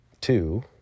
two